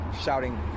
shouting